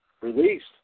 released